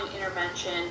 intervention